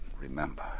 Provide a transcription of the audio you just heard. remember